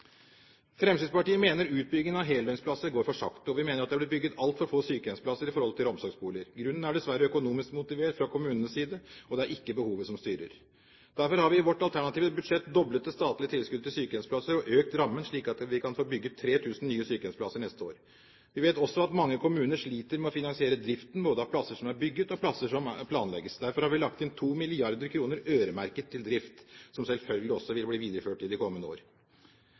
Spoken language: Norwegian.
Fremskrittspartiet mener utbyggingen av heldøgnsplasser går for sakte, og vi mener at det er blitt bygget altfor få sykehjemsplasser i forhold til omsorgsboliger. Dette er dessverre økonomisk motivert fra kommunenes side, og det er ikke behovet som styrer. Derfor har vi i vårt alternative budsjett doblet det statlige tilskuddet til sykehjemsplasser og økt rammen, slik at vi kan få bygget 3 000 nye sykehjemsplasser neste år. Vi vet også at mange kommuner sliter med å finansiere driften både av plasser som er bygget, og plasser som planlegges. Derfor har vi lagt inn 2 mrd. kr øremerket til drift, som selvfølgelig også vil bli videreført i de kommende år.